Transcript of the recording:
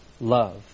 love